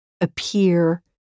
appear